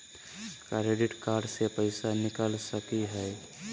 Credit card से पैसा निकल सकी हय?